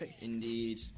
Indeed